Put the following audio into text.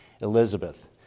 Elizabeth